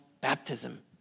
baptism